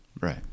Right